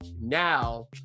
now